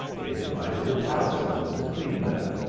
they divided the talismans between them,